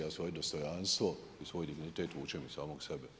Ja svoje dostojanstvo i svoj dignitet vučem iz samog sebe.